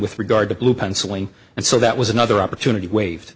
with regard to blue penciling and so that was another opportunity waived